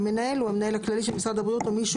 "המנהל" המנהל הכללי של משרד הבריאות או מי שהוא